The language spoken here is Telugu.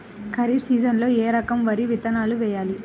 ఖరీఫ్ సీజన్లో ఏ రకం వరి విత్తనాలు వేయాలి?